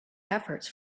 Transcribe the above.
efforts